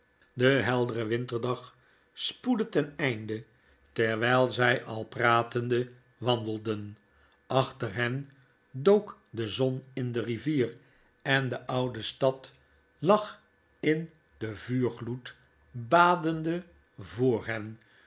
de heldere winterdag spoedde ten einde terwgl zij al pratende wandelden achter hen dook de zon in de rivier en de oude stad lag in den vuurgloed badende voor hen